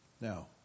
Now